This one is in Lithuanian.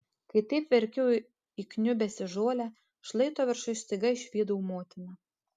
kai taip verkiau įkniubęs į žolę šlaito viršuj staiga išvydau motiną